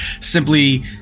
simply